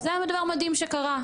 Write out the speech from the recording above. וזה היה דבר מדהים שקרה.